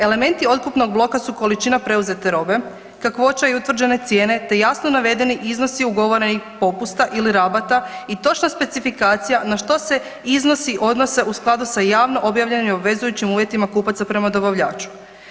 Elementi otkupnog bloka su količina preuzete robe, kakvoća i utvrđene cijene te jasno navedeni iznosi ugovorenih popusta ili rabata i točna specifikacija na što se iznosi odnose u skladu sa javno objavljenim obvezujućim uvjetima kupaca prema dobavljaču.